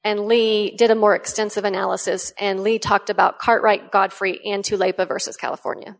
and lee did a more extensive analysis and lee talked about cartwright godfrey into labor versus california